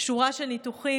לשורה של ניתוחים.